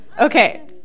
Okay